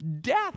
death